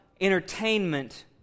entertainment